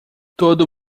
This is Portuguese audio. todo